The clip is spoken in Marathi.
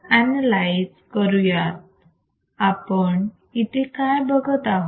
आपण इथे काय बघत आहोत